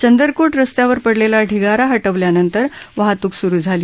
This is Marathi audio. चंदरको रस्त्यावर पडलक्षा ढिगारा ह वल्यानंतर वाहतूक स्रु झाली